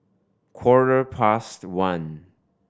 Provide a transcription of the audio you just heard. quarter past one